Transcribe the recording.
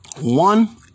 one